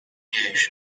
jgħixu